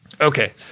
Okay